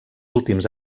últims